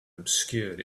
obscured